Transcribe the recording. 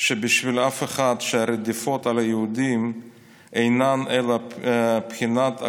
בשביל אף אחד שהרדיפות של היהודים אינן בגדר בחינת הקולמוס,